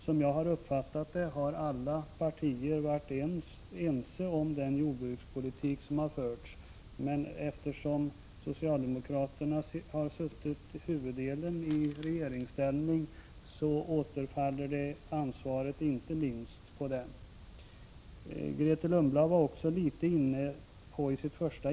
Som jag har uppfattat det har alla partier varit överens om den jordbrukspolitik som förts. Men eftersom socialdemokraterna har varit i regeringsställning huvuddelen av tiden så återfaller ansvaret inte minst på dem.